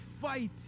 fight